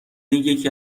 یکی